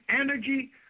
energy